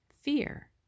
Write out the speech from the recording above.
fear